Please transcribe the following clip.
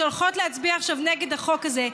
שהולכות להצביע עכשיו נגד החוק הזה,